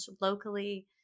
locally